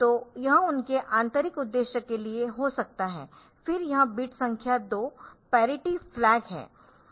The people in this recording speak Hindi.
तो यह उनके आंतरिक उद्देश्य के लिए हो सकता है फिर यह बिट संख्या 2 पैरिटी फ्लैग है